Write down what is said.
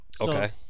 Okay